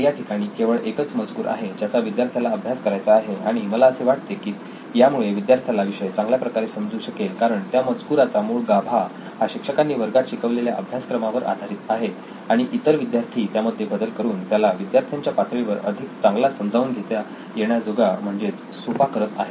तर या ठिकाणी केवळ एकच मजकूर आहे ज्याचा विद्यार्थ्याला अभ्यास करायचा आहे आणि मला असे वाटते की यामुळे विद्यार्थ्याला विषय चांगल्या प्रकारे समजू शकेल कारण त्या मजकुराचा मूळ गाभा हा शिक्षकांनी वर्गात शिकवलेल्या अभ्यासक्रमावर आधारित आहे आणि इतर विद्यार्थी त्यामध्ये बदल करून त्याला विद्यार्थ्यांच्या पातळीवर अधिक चांगला समजावून घेता येण्याजोगा म्हणजेच सोपा करत आहेत